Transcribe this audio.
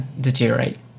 deteriorate